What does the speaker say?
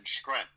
strength